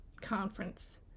conference